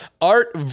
Art